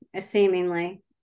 seemingly